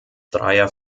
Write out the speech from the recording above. dreier